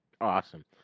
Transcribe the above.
awesome